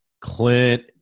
Clint